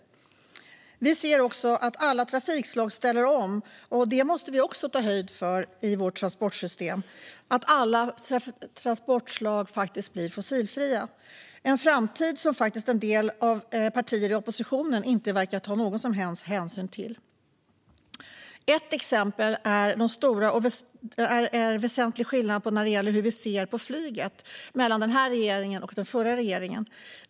Vi ser även att alla trafikslag ställer om, och det måste vi också ta höjd för i vårt transportsystem - att alla transportslag faktiskt blir fossilfria. Det är en framtid som en del av partierna i oppositionen inte verkar ta någon som helst hänsyn till. Ett exempel är att det är väsentlig skillnad mellan den här regeringen och den förra regeringen när det gäller hur man ser på flyget.